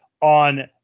on